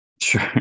sure